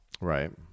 right